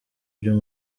byo